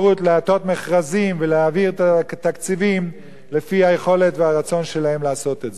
להטות מכרזים ולהעביר תקציבים לפי היכולת והרצון שלהם לעשות את זה.